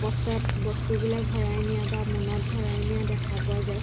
বস্তাত বস্তুবিলাক ভৰাই নিয়া বা মোনাত ভৰাই নিয়া দেখা পোৱা যায়